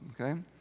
okay